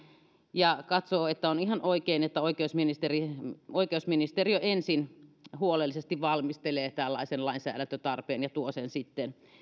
ja katsoo että on ihan oikein että oikeusministeriö oikeusministeriö ensin huolellisesti valmistelee tällaisen lainsäädäntötarpeen ja tuo sen sitten